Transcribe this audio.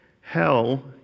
hell